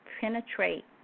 penetrate